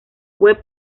web